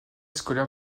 scolaire